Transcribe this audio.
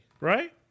right